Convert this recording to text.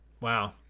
Wow